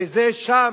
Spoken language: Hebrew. שזה שם.